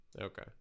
Okay